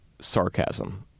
sarcasm